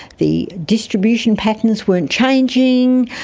the distribution patterns weren't changing.